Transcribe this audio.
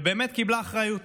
ובאמת קיבלה אחריות.